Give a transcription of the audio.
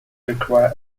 require